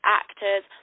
actors